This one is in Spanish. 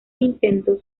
nintendo